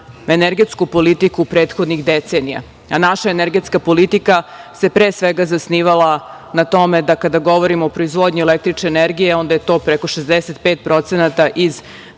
energetsku politiku prethodnih decenija, a naša energetska politika se pre svega zasnivala na tome da kada govorimo o proizvodnji električne energije, onda je to preko 65% iz